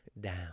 down